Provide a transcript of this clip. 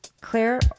Claire